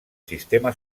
sistema